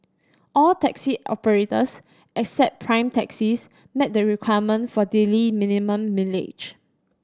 all taxi operators except Prime Taxis met the requirement for daily minimum mileage